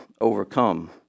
overcome